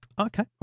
Okay